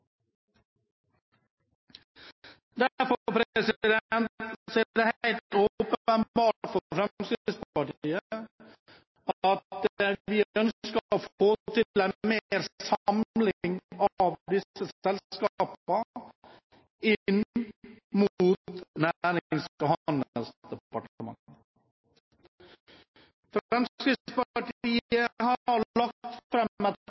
er det helt åpenbart for Fremskrittspartiet at vi trenger å få til en samling av disse selskapene inn mot